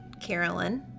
Carolyn